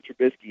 Trubisky